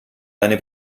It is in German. deine